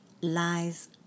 lies